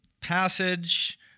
passage